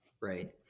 Right